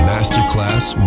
Masterclass